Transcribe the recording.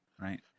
right